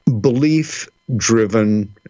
belief-driven